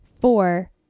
Four